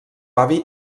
avi